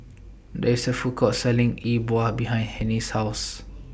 There IS A Food Court Selling E Bua behind Hennie's House